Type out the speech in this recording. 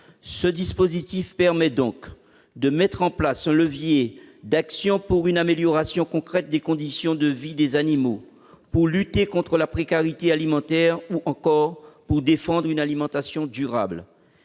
Ce dispositif permet donc de mettre en place un levier d'action pour améliorer concrètement les conditions de vie des animaux, lutter contre la précarité alimentaire ou encore défendre une alimentation durable.